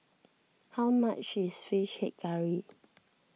how much is Fish Head Curry